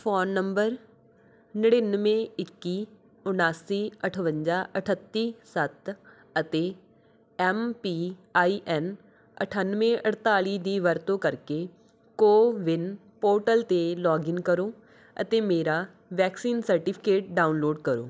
phone number ਨੜ੍ਹਿਨਵੇਂ ਇੱਕੀ ਉਨਾਸੀ ਅਠਵੰਜਾ ਅਠੱਤੀ ਸੱਤ ਅਤੇ ਐੱਮ ਪੀ ਆਈ ਐੱਨ ਅਠਾਨਵੇਂ ਅਠਤਾਲੀ ਦੀ ਵਰਤੋ ਕਰਕੇ ਕੌਵਿਨ ਪੋਰਟਲ 'ਤੇ ਲੌਗਇਨ ਕਰੋ ਅਤੇ ਮੇਰਾ ਵੈਕਸੀਨ ਸਰਟੀਫਿਕੇਟ ਡਾਊਨਲੋਡ ਕਰੋ